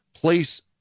place